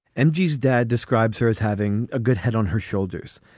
and geez, dad describes her as having a good head on her shoulders.